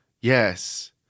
Yes